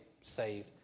saved